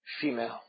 female